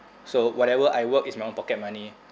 so whatever I work is my own pocket money